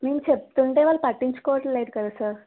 మేము చెప్తుంటే వాళ్ళు పట్టించుకోవట్లేదు కదా సార్